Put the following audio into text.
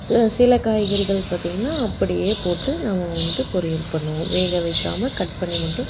சில காய்கறிகள் பார்த்தீங்கன்னா அப்படியே போட்டு நாம் வந்துட்டு பொரியல் பண்ணுவோம் வேக வைக்காமல் கட் பண்ணி மட்டும்